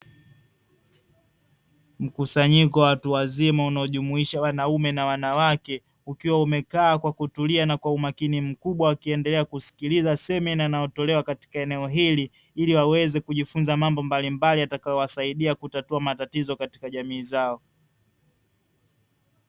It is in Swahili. Mkusanyiko wa watu wazima, unaojumuisha wanaume na wanawake, ukiwa umekaa kwa kutulia na kwa umakini mkubwa akiendelea kusikiliza semina inayotolewa katika eneo hili, ili waweze kujifunza mambo mbalimbali yatakayowasaidia kutatua matatizo katika jamii zao